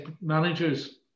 managers